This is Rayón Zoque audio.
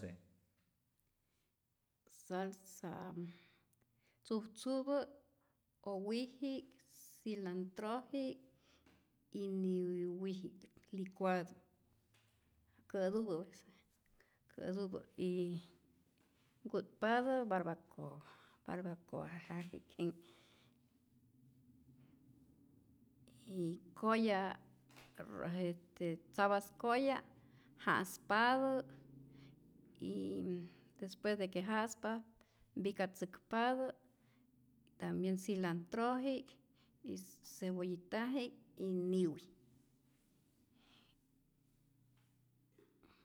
Salsadi tzujtzupä owiji'k, cilantroji'k yyy niwiji'k licuado, kä'tupä kä'tupä y nku'tpatä barbakoa, barbacoapi'k wi'kpa, y koya' jetä tzapas koya ja'spatä yyy despues de que ja'spa mpicatzäkpatä tambien cilantroji'k, cebollitaji'k y niwipi'k.